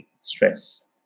stress